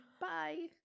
bye